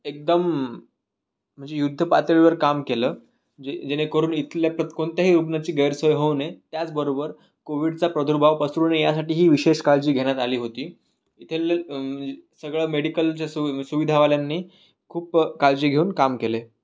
एकदम म्हणजे युद्धपातळीवर काम केलं जे जेणेकरून इथल्या प्रत् कोणत्याही रुग्णाची गैरसोय होऊ नये त्याचबरोबर कोविडचा प्रादुर्भाव पसरू नये यासाठी ही विशेष काळजी घेण्यात आली होती येथील सगळं मेडिकल जस सु सुविधावाल्यानी खूप काळजी घेऊन काम केले